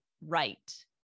right